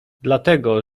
dlatego